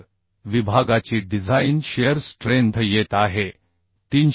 तर विभागाची design shear strength येत आहे 339